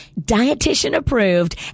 dietitian-approved